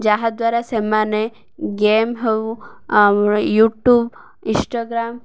ଯାହାଦ୍ୱାରା ସେମାନେ ଗେମ୍ ହେଉ ଆମ ୟୁ ଟ୍ୟୁବ୍ ଇନଷ୍ଟାଗ୍ରାମ୍